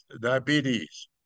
diabetes